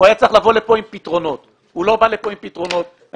הוא היה צריך לבוא לכאן עם פתרונות אבל הוא לא בא לכאן עם פתרונות אני